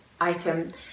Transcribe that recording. item